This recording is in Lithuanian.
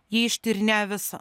jį ištyrinėjo visą